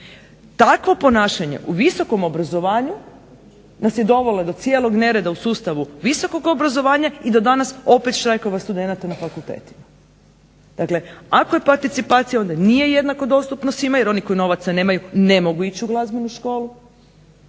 Takvo ponašanje u visokom obrazovanju nas je dovelo do cijelog nereda u sustavu visokog obrazovanja i do danas opet štrajkova studenata na fakultetima. Dakle, ako je participacija onda nije jednako dostupno svima jer oni koji novaca nemaju ne mogu ići u glazbenu školu,